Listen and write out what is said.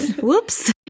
whoops